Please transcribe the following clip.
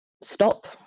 stop